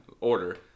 order